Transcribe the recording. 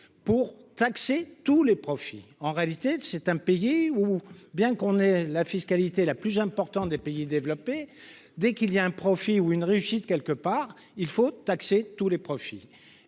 pour taxer tous les profits en réalité c'est un pays ou bien qu'on ait la fiscalité la plus importante des pays développés dès qu'il y a un profit ou une réussite quelque part, il faut taxer tous les profits